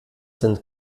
sind